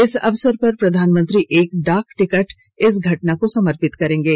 इस अवसर पर प्रधानमंत्री एक डाक टिकट इस घटना को समर्पित करेंगे